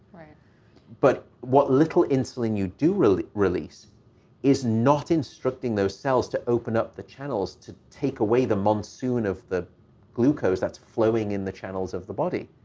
but what little insulin you do release release is not instructing those cells to open up the channels to take away the monsoon of the glucose that's flowing in the channels of the body.